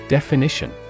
Definition